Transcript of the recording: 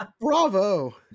Bravo